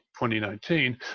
2019